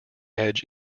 edge